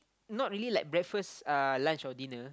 not really like breakfast uh lunch or dinner